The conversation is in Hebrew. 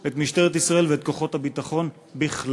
את משטרת ישראל ואת כוחות הביטחון בכלל.